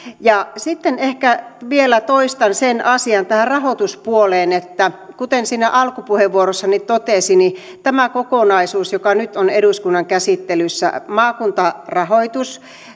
sitten ehkä vielä toistan sen asian tähän rahoituspuoleen että kuten siinä alkupuheenvuorossani totesin niin tämä kokonaisuus joka nyt on eduskunnan käsittelyssä maakuntarahoitus